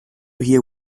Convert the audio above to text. hear